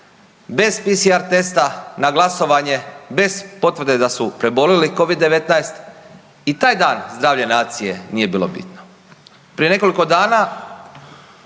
bez PCR testa na glasovanje, bez potvrde da su prebolili covid-19 i taj dan zdravlje nacije nije bilo bitno. Prije nekoliko dana